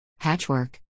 Hatchwork